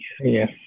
Yes